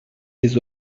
des